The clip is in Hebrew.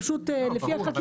פשוט לפי החקיקה -- לא ברור,